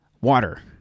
water